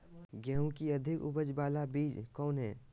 गेंहू की अधिक उपज बाला बीज कौन हैं?